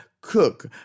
cook